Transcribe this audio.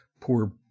poor